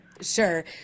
sure